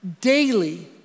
daily